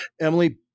Emily